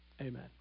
Amen